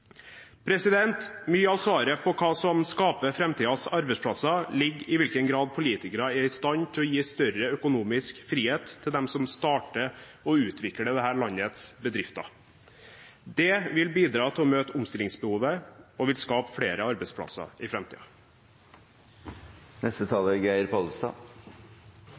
Mye av svaret på hva som skaper framtidens arbeidsplasser, ligger i hvilken grad politikere er i stand til å gi større økonomisk frihet til dem som starter å utvikle dette landets bedrifter. Det vil bidra til å møte omstillingsbehovet og vil skape flere arbeidsplasser i